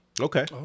Okay